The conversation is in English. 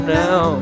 now